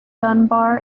dunbar